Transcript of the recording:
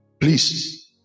Please